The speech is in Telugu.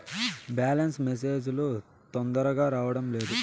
బ్యాలెన్స్ మెసేజ్ లు తొందరగా రావడం లేదు?